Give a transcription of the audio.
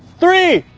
three,